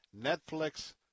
Netflix